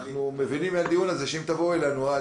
אנחנו מבינים מהדיון הזה שאם תבואו אלינו אז,